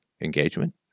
engagement